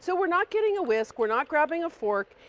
so we're not getting a whisk. we're not grabbing a fork.